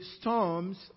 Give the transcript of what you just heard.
storms